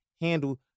handle